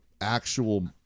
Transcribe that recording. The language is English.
actual